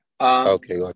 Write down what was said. Okay